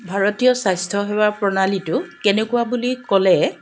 ভাৰতীয়া স্বাস্থ্যসেৱা প্ৰণালীটো কেনেকুৱা বুলি ক'লে